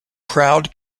proud